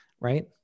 Right